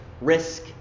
risk